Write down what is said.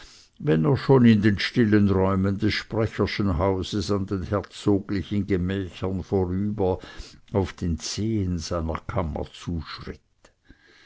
wenn er schon in den stillen räumen des sprecherschen hauses an den herzoglichen gemächern vorüber auf den zehen seiner kammer zuschritt